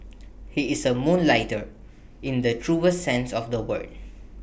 he is A moonlighter in the truest sense of the word